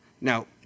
Now